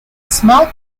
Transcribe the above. small